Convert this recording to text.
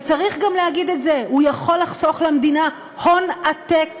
וצריך גם להגיד את זה הוא יכול לחסוך למדינה הון עתק